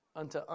unto